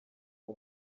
uwo